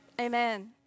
Amen